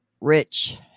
Rich